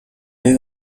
you